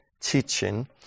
teaching